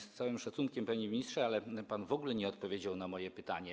Z całym szacunkiem, panie ministrze, ale pan w ogóle nie odpowiedział na moje pytanie.